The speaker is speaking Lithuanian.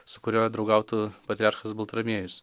su kuriuo draugautų patriarchas baltramiejus